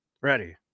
Ready